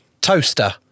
Toaster